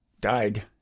Died